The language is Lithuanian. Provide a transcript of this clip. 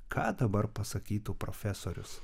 ką dabar pasakytų profesorius